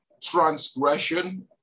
transgression